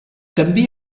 també